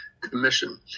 commission